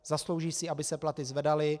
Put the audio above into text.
Zaslouží si, aby se platy zvedaly.